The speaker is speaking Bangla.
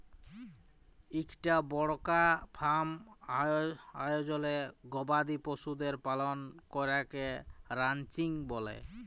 ইকটা বড়কা ফার্ম আয়জলে গবাদি পশুদের পালল ক্যরাকে রানচিং ব্যলে